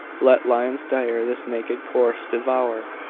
let lions dire this naked corse devour.